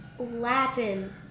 Latin